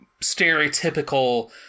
stereotypical